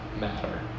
matter